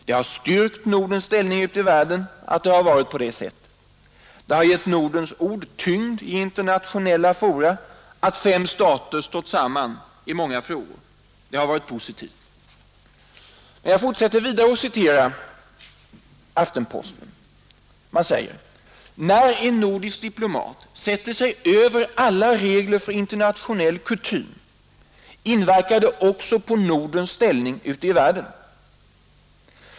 Det har styrkt Nordens ställning ute i världen att det varit på det sättet. Det har gett Nordens ord tyngd i internationella fora att fem stater stått samman i många frågor. Det har varit positivt. Jag fortsätter att läsa ur Aftenpostens ledare. Tidningen skriver: När en nordisk diplomat sätter sig över alla regler för internationell kutym, inverkar det också på Nordens ställning ute i världen.